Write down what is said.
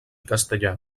castellà